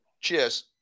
Cheers